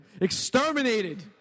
Exterminated